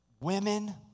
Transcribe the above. women